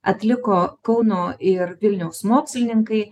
atliko kauno ir vilniaus mokslininkai